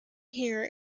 here